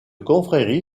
confrérie